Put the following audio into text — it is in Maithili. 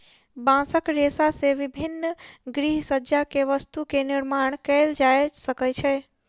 बांसक रेशा से विभिन्न गृहसज्जा के वस्तु के निर्माण कएल जा सकै छै